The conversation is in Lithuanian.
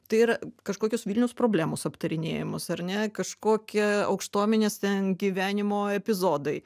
tai yra kažkokios vilniaus problemos aptarinėjamos ar ne kažkokie aukštuomenės ten gyvenimo epizodai